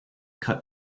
cut